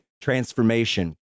transformation